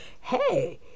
Hey